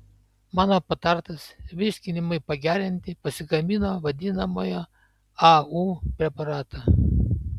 mano patartas virškinimui pagerinti pasigamino vadinamojo au preparato